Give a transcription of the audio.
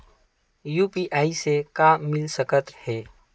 UPI से का मिल सकत हे?